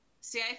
See